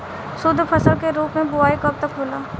शुद्धफसल के रूप में बुआई कब तक होला?